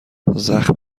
زخم